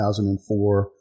2004